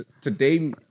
today